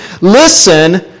Listen